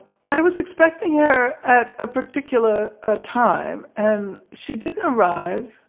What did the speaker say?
i was expecting her at a particular ah time and she didn't arrive.